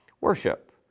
worship